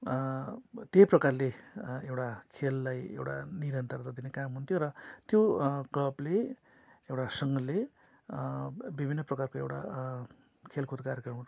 त्यही प्रकारले एउटा खेललाई एउटा निरन्तरता दिने काम हुन्थ्यो र त्यो क्लबले एउटा सङ्घले विभिन्न प्रकारको एउटा खेलकुद कार्यक्रमहरू